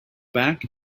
back